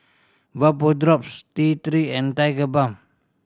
Vapodrops T Three and Tigerbalm